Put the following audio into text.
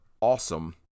awesome